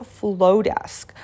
Flowdesk